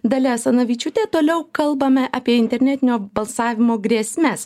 dalia asanavičiūte toliau kalbame apie internetinio balsavimo grėsmes